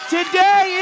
Today